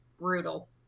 brutal